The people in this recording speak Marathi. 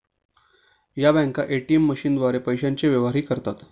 या बँका ए.टी.एम मशीनद्वारे पैशांचे व्यवहारही करतात